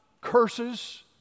curses